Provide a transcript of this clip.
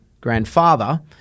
grandfather